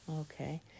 okay